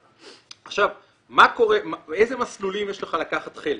עכשיו, באיזה מסלולים יש לך לקחת חלק?